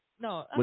No